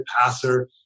passer